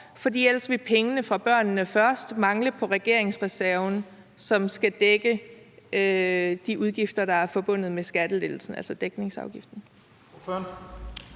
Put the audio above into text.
år, fordi pengene fra »Børnene Først« ellers ville mangle på regeringsreserven, som skal dække de udgifter, der er forbundet med skattelettelsen, altså dækningsafgiften?